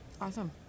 Awesome